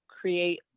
create